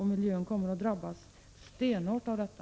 Miljön kommer att drabbas stenhårt av detta.